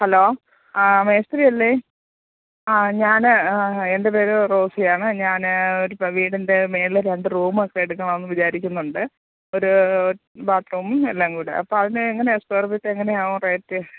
hello മേസ്രി അല്ലേ ആ ഞാന് എൻ്റെ പേര് റോസിയാണ് ഞാന് ഒരു വീടിൻ്റെ മുകളില് രണ്ട് റൂം ഒക്കെ എടുക്കണമെന്നു വിചാരിക്കുന്നുണ്ട് ഒരു ബാത്റൂമും എല്ലാം കൂടെ അപ്പോള് അതിന് എങ്ങനെയാണ് സ്ക്വയർ ഫീറ്റ് എങ്ങനെയാവും റേറ്റ്